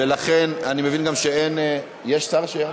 ולכן אני מבין, יש שר שיענה?